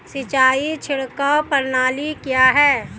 सिंचाई छिड़काव प्रणाली क्या है?